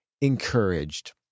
encouraged